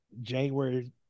January